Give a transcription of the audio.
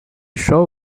show